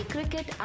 Cricket